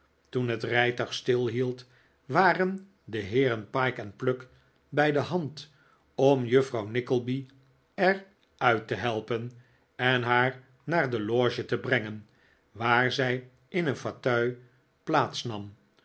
toen het rijtuig stilhield waren de heeren pyke en pluck bij de hand om juffrouw nickleby er uit te helpen en haar naar de loge te brengen waar zij in een fauteuil plaats nam